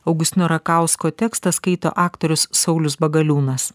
augustino rakausko tekstą skaito aktorius saulius bagaliūnas